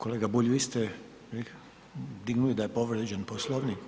Kolega Bulj, vi ste dignuli da je povrijeđen Poslovnik?